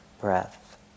breath